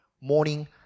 morning